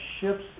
ships